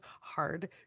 hard